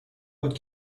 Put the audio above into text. بود